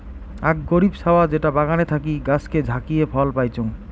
আক গরীব ছাওয়া যেটা বাগানে থাকি গাছকে ঝাকিয়ে ফল পাইচুঙ